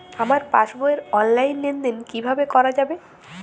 আমার পাসবই র অনলাইন লেনদেন কিভাবে করা যাবে?